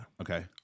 Okay